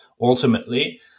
ultimately